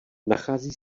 nachází